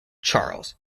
charles